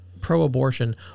pro-abortion